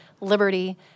liberty